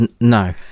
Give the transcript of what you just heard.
No